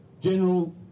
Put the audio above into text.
General